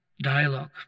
Dialogue